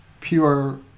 pure